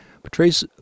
portrays